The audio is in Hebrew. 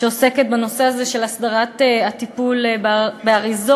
שעוסקת בנושא הזה של הסדרת הטיפול באריזות,